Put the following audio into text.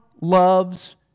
loves